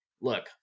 look